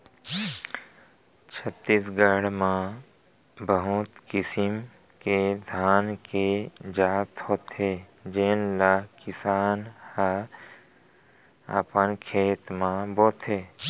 छत्तीसगढ़ म बहुत किसिम के धान के जात होथे जेन ल किसान हर अपन खेत म बोथे